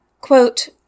Quote